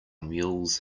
mules